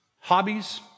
hobbies